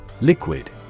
Liquid